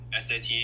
SAT